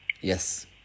Yes